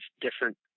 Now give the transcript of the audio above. different